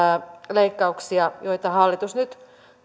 leikkauksia joita hallitus nyt